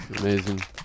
Amazing